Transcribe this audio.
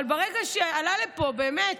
אבל ברגע שעלה לפה, באמת,